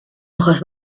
hojas